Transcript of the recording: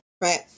right